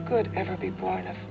me could ever be part of